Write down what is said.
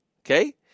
okay